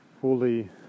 fully